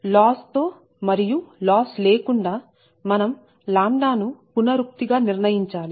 loss తో మరియు loss లేకుండా మనం λ ను పునరుక్తి గా నిర్ణయించాలి